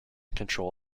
control